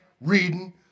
reading